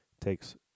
takes